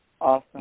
Awesome